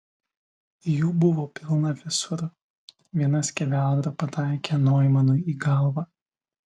jų buvo pilna visur viena skeveldra pataikė noimanui į galvą